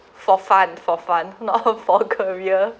for fun for fun not for career